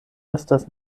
estas